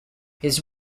his